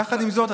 יחד עם זאת,